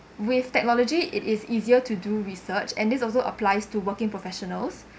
with technology it is easier to do research and this also applies to working professionals